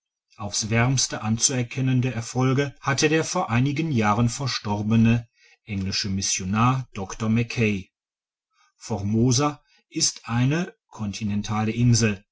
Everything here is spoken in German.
aufs wärmste anzuerkennende erfolge hatte der vor einigen jahren verstorbene englische missionar dr mc kay formosa ist eine kontinentale insel